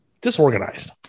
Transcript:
Disorganized